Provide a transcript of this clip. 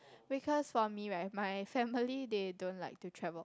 because for me right my family they don't like to travel